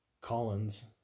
Collins